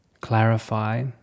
Clarify